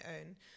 own